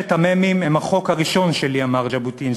חמשת המ"מים הם החוק הראשון שלי, אמר ז'בוטינסקי,